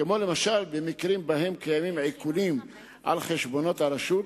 כמו למשל במקרים שבהם קיימים עיקולים על חשבונות הרשות.